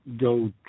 go